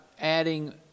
adding